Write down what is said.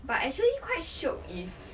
but actually quite shiok if